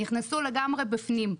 נכנסו לגמרי בפנים.